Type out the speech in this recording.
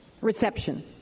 Reception